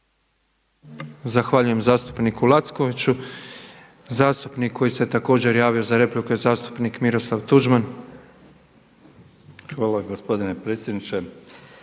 Zahvaljujem zastupniku Lackoviću. Zastupnik koji se također javio za repliku je zastupnik Miroslav Tuđman. **Tuđman, Miroslav